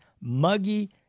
muggy